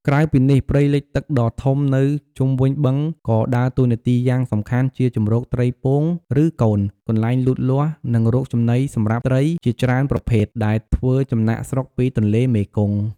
ក្រៅពីនេះ ព្រៃលិចទឹកដ៏ធំនៅជុំវិញបឹងក៏ដើរតួនាទីយ៉ាងសំខាន់ជាជម្រកត្រីពង ឬកូន កន្លែងលូតលាស់ និងរកចំណីសម្រាប់ត្រីជាច្រើនប្រភេទ ដែលធ្វើចំណាកស្រុកពីទន្លេមេគង្គ។